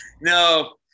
No